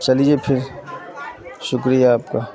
چلیے پھر شکریہ آپ کا